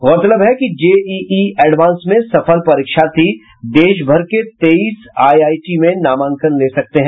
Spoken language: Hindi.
गौरतलब है कि जेईई एडवांस में सफल परीक्षार्थी देशभर के तेईस आईआईटी में नामांकन ले सकते हैं